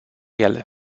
ele